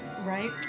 Right